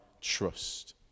trust